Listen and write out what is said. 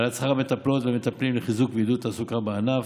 העלאת שכר המטפלות והמטפלים לחיזוק ועידוד התעסוקה בענף,